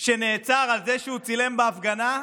שנעצר על זה שהוא צילם בהפגנה,